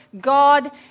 God